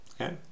okay